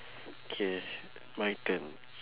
okay my turn